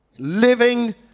Living